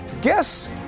Guess